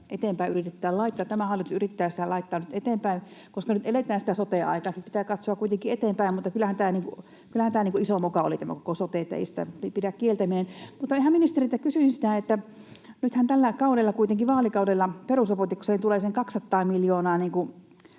eteenpäin yritetään laittaa. Tämä hallitus yrittää sitä laittaa nyt eteenpäin, koska nyt eletään sitä sote-aikaa ja pitää katsoa kuitenkin eteenpäin, mutta kyllähän tämä koko sote oli iso moka, ei sitä pidä kieltäminen. Mutta ministeriltä kysyisin siitä, että nythän kuitenkin tällä vaalikaudella perusopetukseen tulee se 200 miljoonaa